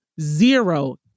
zero